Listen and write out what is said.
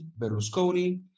Berlusconi